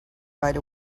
right